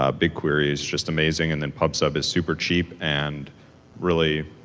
ah bigquery is just amazing, and then pub sub is super cheap and really